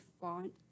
font